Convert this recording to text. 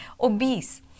obese